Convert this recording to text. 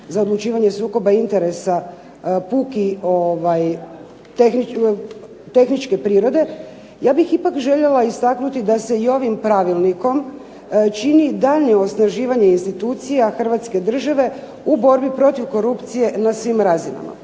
za odlučivanje sukoba interesa puki tehničke prirode, ja bih ipak željela istaknuti da se ovim pravilnikom čini daljnje osnaživanje institucija Hrvatske države u borbi protiv korupcije na svim razinama.